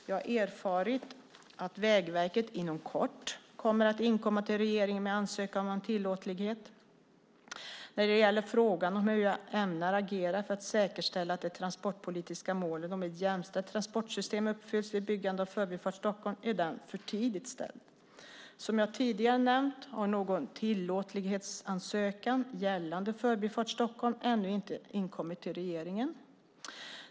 Jag har erfarit att Vägverket inom kort kommer att inkomma till regeringen med en ansökan om tillåtlighet. Frågan om hur jag ämnar agera för att säkerställa att det transportpolitiska målet om ett jämställt transportsystem uppfylls vid byggandet av Förbifart Stockholm är för tidigt ställd. Som jag tidigare nämnt har någon tillåtlighetsansökan gällande Förbifart Stockholm ännu inte inkommit till regeringen.